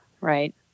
right